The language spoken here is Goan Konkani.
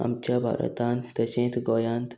आमच्या भारतांत तशेंच गोंयांत